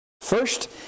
First